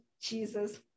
Jesus